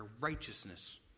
righteousness